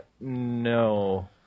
no